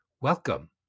Welcome